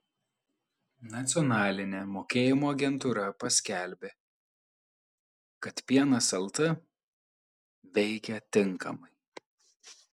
nacionalinė mokėjimo agentūra paskelbė kad pienas lt veikia tinkamai